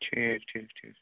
ٹھیٖک ٹھیٖک ٹھیٖک